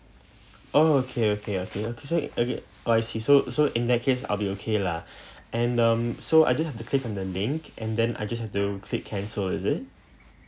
oh okay okay okay okay so have you oh I see so so in that case I'll be okay lah and um so I just have to click on the link and then I'll just have to click cancel is it